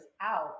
out